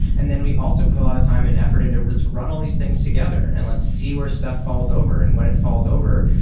and then we also put a lot of time and effort in to run all these things together, and let's see where stuff falls over, and when it falls over,